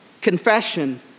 Confession